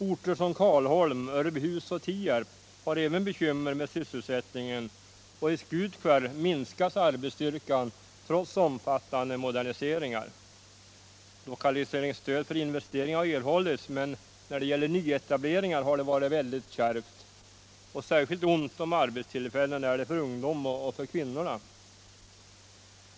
Orter som Karlholm, Örbyhus och Tierp har även bekymmer med sysselsättningen, och i Skutskär minskas arbetsstyrkan trots omfattande moderniseringar. Lokaliseringsstöd för investeringar har erhållits, men när det gäller nyetableringar har det varit väldigt kärvt. Särskilt ont om arbetstillfällen är det för ungdom och för kvinnor.